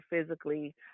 physically